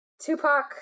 Tupac